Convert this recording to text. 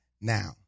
Now